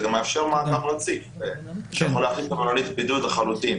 גם מאפשר מעקב רציף שיכול להחליף את מלונית הבידוד לחלוטין.